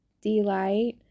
delight